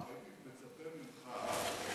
הייתי מצפה ממך,